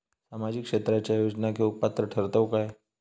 सामाजिक क्षेत्राच्या योजना घेवुक पात्र ठरतव काय?